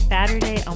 Saturday